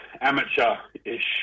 amateur-ish